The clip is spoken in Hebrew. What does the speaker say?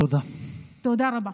תודה רבה.